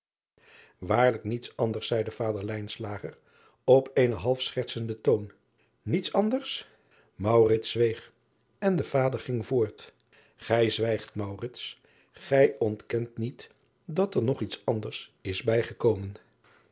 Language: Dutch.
aarlijk niets anders zeide vader op eenen half schertsenden toon niets anders zweeg en de vader ging voort ij zwijgt gij ontkent niet dat er nog iets anders is bij